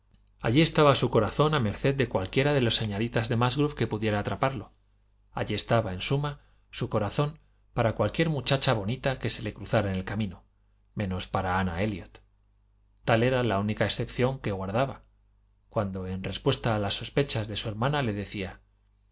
allí estaba su corazón a merced de cualquiera de las señoritas de más luz que pudiera atraparlo allí estaba en suma su corazón para cualquier muchacha bonita que se le cruzara en el ca mino menos para ana elliot tal era la única excepción que guardaba cuando en respuesta a las sospechas de su her mana le decía